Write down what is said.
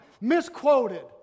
Misquoted